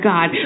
God